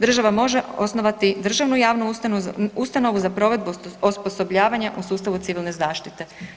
Država može osnovati državnu javnu ustanovu za provedbu osposobljavanja u sustavu civilne zaštite.